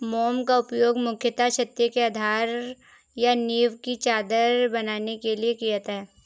मोम का उपयोग मुख्यतः छत्ते के आधार या नीव की चादर बनाने के लिए किया जाता है